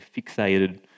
fixated